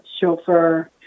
chauffeur